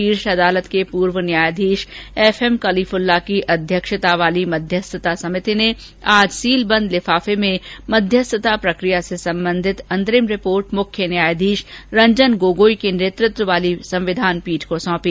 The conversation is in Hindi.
शीर्ष अदालत के पूर्व न्यायाधीश एफ एम कलीफुल्ला की अध्यक्षता वाली मध्यस्थता समिति ने आज सीलबंद लिफाफे में मध्यस्थता प्रक्रिया से संबंधित अंतरिम रिपोर्ट मुख्य न्यायाधीश रंजन गोगोई के नेतृत्व वाली संविधान पीठ को सौंपी